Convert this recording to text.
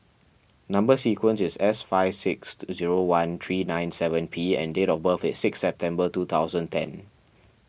Number Sequence is S five six zero one three nine seven P and date of birth is six September two thousand ten